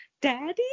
daddy